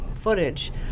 footage